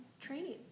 training